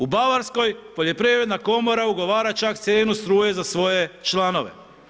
U Bavarskoj poljoprivredna komora ugovara čak cijenu struje za svoje članove.